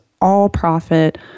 all-profit